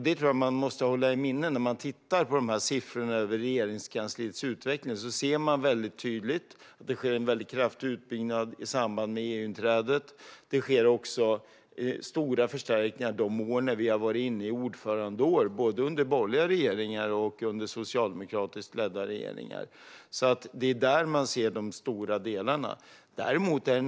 Det tror jag att man måste hålla i minnet när man tittar på dessa siffror över Regeringskansliets utveckling. Då ser man mycket tydligt att det skedde en kraftig utbyggnad i samband med EU-inträdet. Det har också skett stora förstärkningar under de år då vi har varit ordförande i EU, både under borgerliga och under socialdemokratiska regeringar. Det är där man ser de stora förstärkningarna.